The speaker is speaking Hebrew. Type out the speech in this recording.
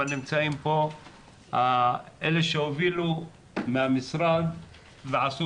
אבל נמצאים פה אלה שהובילו מהמשרד ועשו